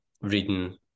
reading